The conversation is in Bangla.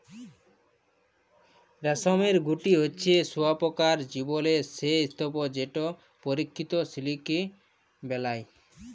রেশমের গুটি হছে শুঁয়াপকার জীবলের সে স্তুপ যেট পরকিত সিলিক বেলায়